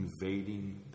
invading